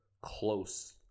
close